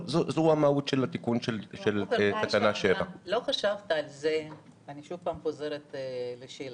זו המהות של התיקון של תקנה 7. אני חוזרת על שאלתי.